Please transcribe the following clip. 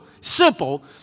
simple